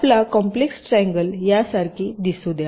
आपला complex triangle यासारखे दिसू द्या